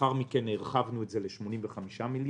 לאחר מכן הרחבנו את זה ל-85 מיליארד,